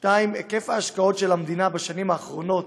דבר שני, היקף ההשקעות של המדינה בשנים האחרונות